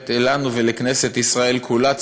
שמאפשרת לנו ולכנסת ישראל כולה,